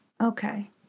Okay